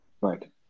right